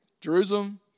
Jerusalem